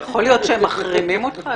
יכול להיות שהם מחרימים אותך,